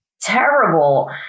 terrible